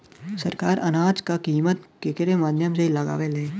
सरकार अनाज क कीमत केकरे माध्यम से लगावे ले?